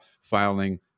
filing